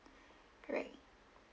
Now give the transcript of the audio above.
correct